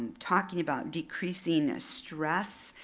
talking about decreasing stress,